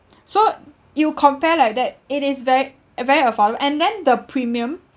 so you compare like that it is very uh very affordable and then the premium